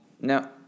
Now